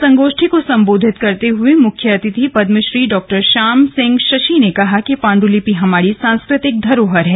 संगोष्ठी को संबोधित करते हए मुख्य अतिथि पदमश्री डॉ श्याम सिंह शशि ने कहा कि पांडुलिपि हमारी सांस्कृतिक धरोहर है